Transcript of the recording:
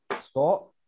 Scott